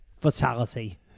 fatality